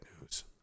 news